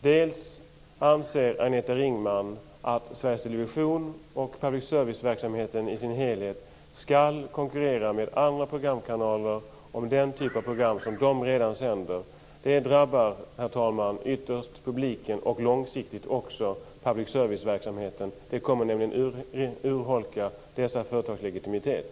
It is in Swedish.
Dels anser hon att Sveriges television och public service-verksamheten i sin helhet skall konkurrera med andra programkanaler om den typ av program som dessa redan sänder. Herr talman! Detta drabbar ytterst publiken och långsiktigt också public service-verksamheten. Det kommer nämligen att urholka dessa företags legitimitet.